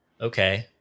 Okay